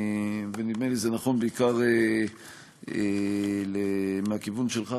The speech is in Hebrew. ונדמה לי שזה נכון בעיקר מהכיוון שלך,